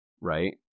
right